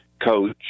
coach